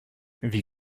wie